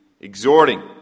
exhorting